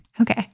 okay